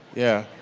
yeah.